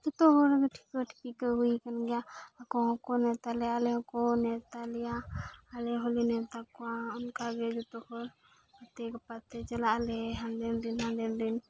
ᱡᱚᱛᱚ ᱦᱚᱲ ᱜᱮ ᱴᱷᱤᱠᱟᱹᱼᱴᱷᱤᱠᱤ ᱠᱚ ᱦᱩᱭᱟᱠᱟᱱ ᱜᱮᱭᱟ ᱟᱠᱚ ᱦᱚᱸᱠᱚ ᱱᱮᱶᱛᱟ ᱞᱮᱭᱟ ᱟᱞᱮ ᱦᱚᱸᱠᱚ ᱱᱮᱶᱛᱟ ᱞᱮᱭᱟ ᱟᱞᱮ ᱦᱚᱸᱞᱮ ᱱᱮᱶᱛᱟ ᱠᱚᱣᱟ ᱚᱱᱠᱟ ᱜᱮ ᱡᱚᱛᱚ ᱦᱚᱲ ᱜᱟᱛᱮᱼᱜᱟᱯᱟᱛᱮ ᱪᱟᱞᱟᱜ ᱟᱞᱮ ᱦᱟᱸᱰᱮᱱ ᱨᱮᱱ ᱱᱟᱰᱮᱱ ᱨᱮᱱ